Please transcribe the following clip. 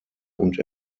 und